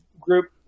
group